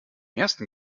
ersten